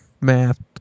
math